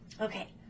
Okay